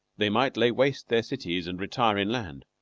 they might lay waste their cities and retire inland,